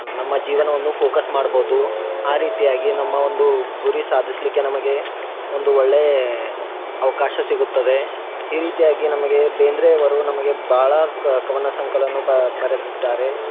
ನಮ್ಮ ಜೀವನವನ್ನು ಫೋಕಸ್ ಮಾಡ್ಬೋದು ಆ ರೀತಿಯಾಗಿ ನಮ್ಮ ಒಂದು ಗುರಿ ಸಾಧಿಸ್ಲಿಕ್ಕೆ ನಮಗೆ ಒಂದು ಒಳ್ಳೆಯ ಅವಕಾಶ ಸಿಗುತ್ತದೆ ಈ ರೀತಿಯಾಗಿ ನಮಗೆ ಬೇಂದ್ರೆ ಅವರು ನಮಗೆ ಭಾಳ ಕವನ ಸಂಕಲವನ್ನು ಬರೆದಿದ್ದಾರೆ